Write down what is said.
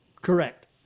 Correct